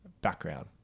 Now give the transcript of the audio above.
background